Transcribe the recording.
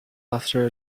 after